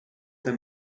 them